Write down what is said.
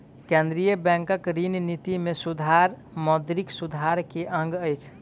केंद्रीय बैंकक ऋण निति में सुधार मौद्रिक सुधार के अंग अछि